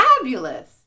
Fabulous